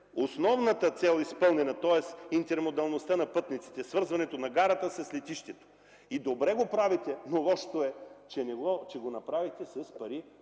основната цел, тоест интермодалността на пътниците, свързването на гарата с летището. Добре го правите, но лошото е, че го направихте с пари